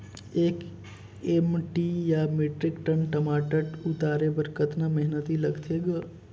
एक एम.टी या metric ton टमाटर उतारे बर कतका मेहनती लगथे ग?